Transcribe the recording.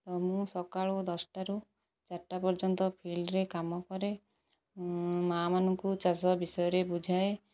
ତ ମୁଁ ସକାଳୁ ଦଶଟାରୁ ଚାରିଟା ପର୍ଯ୍ୟନ୍ତ ଫିଲ୍ଡରେ କାମ କରେ ମାଆମାନଙ୍କୁ ଚାଷ ବିଷୟରେ ବୁଝାଏ